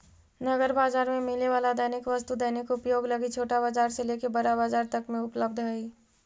नगर बाजार में मिले वाला दैनिक वस्तु दैनिक उपयोग लगी छोटा बाजार से लेके बड़ा बाजार तक में उपलब्ध हई